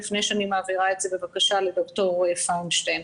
לפני שאני מעבירה את זכות הדיבור לדוקטור פיינשטיין.